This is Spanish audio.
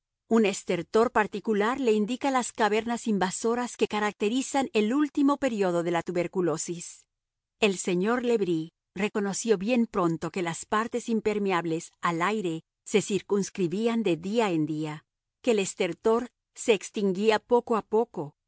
un estertor particular le indica las cavernas invasoras que caracterizan el último período de la tuberculosis el señor le bris reconoció bien pronto que las partes impermeables al aire se circunscribían de día en día que el estertor se extinguía poco a poco